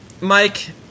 Mike